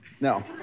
No